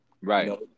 right